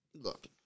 look